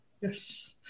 yes